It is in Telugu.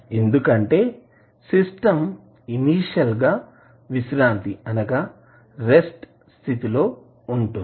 ఎందుకంటే సిస్టం ఇనీషియల్ గా విశ్రాంతి రెస్ట్ rest స్థితిలో ఉంటుంది